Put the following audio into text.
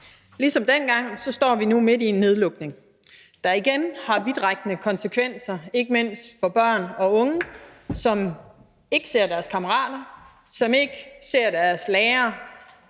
Ligesom dengang står vi nu midt i en nedlukning, der igen har vidtrækkende konsekvenser, ikke mindst for børn og unge, som ikke ser deres kammerater, som ikke ser deres lærere